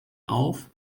auf